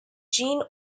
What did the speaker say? gene